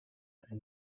and